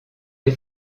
des